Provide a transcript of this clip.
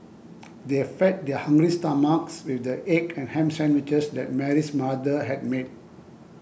they fed their hungry stomachs with the egg and ham sandwiches that Mary's mother had made